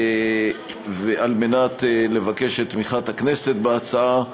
כדי לבקש את תמיכת הכנסת בהצעה.